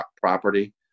property